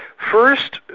first,